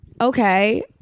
okay